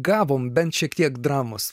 gavom bent šiek tiek dramos